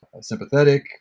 sympathetic